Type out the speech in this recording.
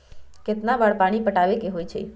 कितना बार पानी पटावे के होई छाई?